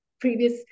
previous